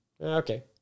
okay